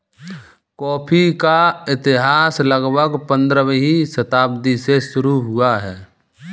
coffee का इतिहास लगभग पंद्रहवीं शताब्दी से शुरू हुआ है